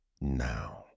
now